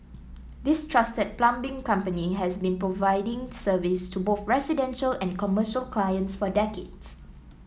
this trusted plumbing company has been providing service to both residential and commercial clients for decades